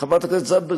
חברת הכנסת זנדברג,